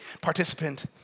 participant